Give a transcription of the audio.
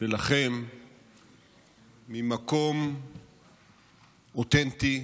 ולכם ממקום אותנטי,